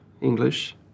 English